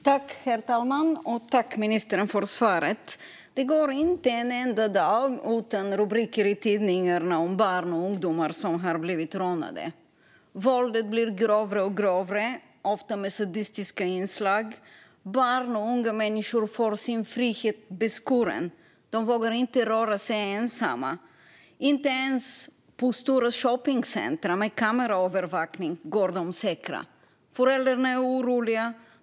Herr talman! Tack, ministern, för svaret! Det går inte en enda dag utan rubriker i tidningarna om barn och ungdomar som har blivit rånade. Våldet blir grövre och grövre, ofta med sadistiska inslag. Barn och unga människor får sin frihet beskuren. De vågar inte röra sig ensamma. Inte ens i stora shoppingcentrum med kameraövervakning går de säkra. Föräldrarna är oroliga.